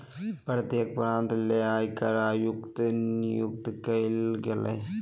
प्रत्येक प्रांत ले आयकर आयुक्त नियुक्त कइल गेलय